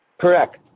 Correct